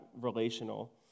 relational